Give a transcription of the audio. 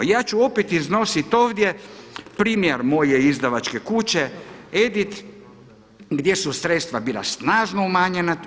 Ja ću opet iznositi ovdje primjer moje izdavačke kuće „Edit“ gdje su sredstva bila snažno umanjena.